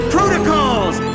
Protocols